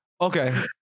Okay